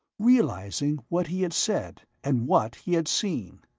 realizing what he had said and what he had seen.